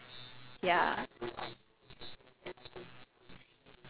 so for example there's this very smart alien then this very strong alien that kind